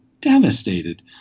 devastated